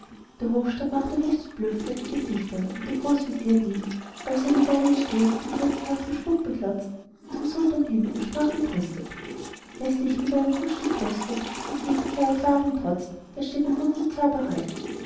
der hofstaat machte höchst verblüffte gesichter und der großvezier lief als er eine weile stier den rätselhaften spuk beglotzt zum sultan hin und sprach entrüstet wer sich mit einem kunststück brüstet das jeglicher erfahrung trotzt der steht im bund mit zauberei